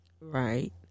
Right